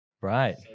Right